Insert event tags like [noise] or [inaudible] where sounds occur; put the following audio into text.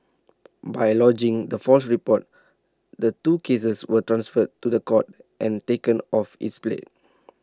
by lodging the false reports the two cases were transferred to the courts and taken off its plate [noise]